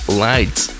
lights